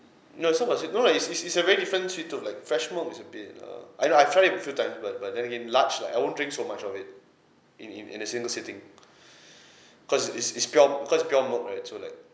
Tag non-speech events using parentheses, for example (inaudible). no it's not about sweet no lah is is a very different sweet tooth like fresh milk is a bit uh I know I've tried it a few time but but then again large lah I won't drink so much of it in in in a single sitting (breath) cause is is pure because it's pure milk right so like